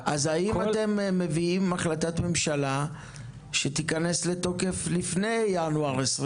האם אתם מביאים החלטת ממשלה שתיכנס לתוקף לפני ינואר 2023?